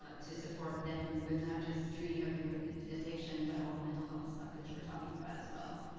ah to support them with not just treating opioid addiction, but all the mental health stuff that you're talking about as well.